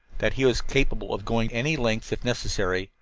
that he was capable of going any lengths, if necessary,